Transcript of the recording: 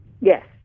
Yes